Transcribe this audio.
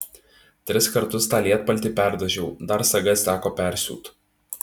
tris kartus tą lietpaltį perdažiau dar sagas teko persiūt